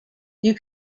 you